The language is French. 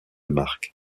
mark